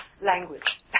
language